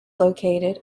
located